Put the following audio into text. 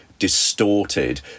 distorted